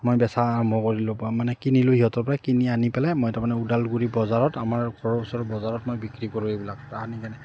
মই বেচা আৰম্ভ কৰিলোঁ পা মানে কিনিলোঁ সিহঁতৰপৰা কিনি আনি পেলাই মই তাৰমানে ওদালগুৰি বজাৰত আমাৰ ঘৰৰ ওচৰৰ বজাৰত মই বিক্ৰী কৰোঁ এইবিলাক আনি কেনে